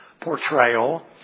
portrayal